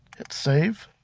hit save.